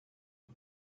and